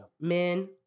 Men